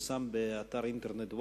פורסם באתר האינטרנט "וואלה",